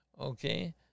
okay